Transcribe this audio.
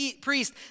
priest